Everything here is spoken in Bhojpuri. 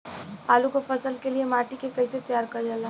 आलू क फसल के लिए माटी के कैसे तैयार करल जाला?